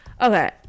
Okay